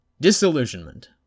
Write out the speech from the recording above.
Disillusionment